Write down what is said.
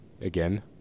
again